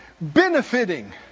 benefiting